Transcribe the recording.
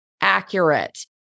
accurate